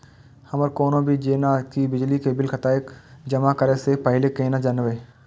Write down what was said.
हमर कोनो भी जेना की बिजली के बिल कतैक जमा करे से पहीले केना जानबै?